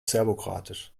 serbokroatisch